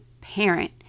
parent